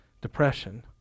Depression